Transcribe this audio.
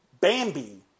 Bambi